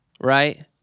right